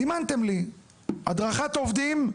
סימנתם לי הדרכת עובדים,